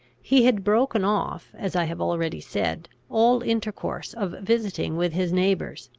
he had broken off, as i have already said, all intercourse of visiting with his neighbours.